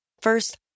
First